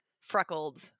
freckled